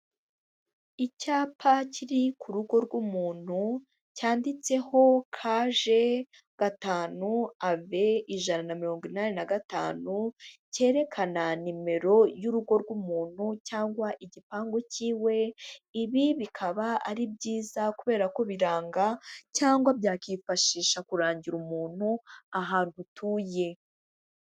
Icyapa kiri ku rugo rw'umuntu cyanditseho kaje gatanu abe ijana na mirongo inani na gatanu, cyerekana nimero y'urugo rw'umuntu cyangwa igipangu cyiwe, ibi bikaba ari byiza kubera ko biranga cyangwa byakifashisha kurangira umuntu ahantu utuye.